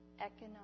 economic